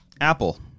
Apple